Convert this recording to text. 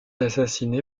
assassiné